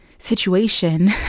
situation